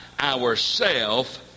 ourself